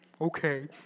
Okay